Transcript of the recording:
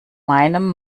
meinem